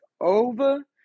over